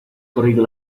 corrido